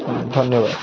ଧନ୍ୟବାଦ